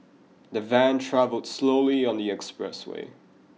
the van travelled slowly on the expressway